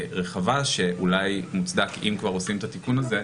רחבה, שאולי מוצדק אם כבר עושים את התיקון הזה,